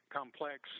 complex